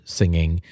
singing